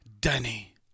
Danny